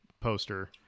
poster